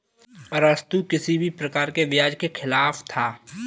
अरस्तु किसी भी प्रकार के ब्याज के खिलाफ था